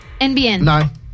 NBN